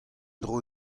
dro